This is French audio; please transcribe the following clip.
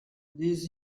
des